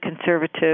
conservative